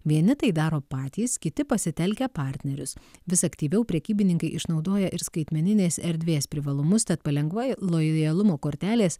vieni tai daro patys kiti pasitelkę partnerius vis aktyviau prekybininkai išnaudoja ir skaitmeninės erdvės privalumus tad palengva lojalumo kortelės